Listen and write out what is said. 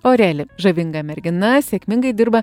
oreli žavinga mergina sėkmingai dirba